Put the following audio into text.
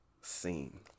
scene